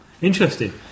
Interesting